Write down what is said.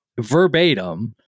verbatim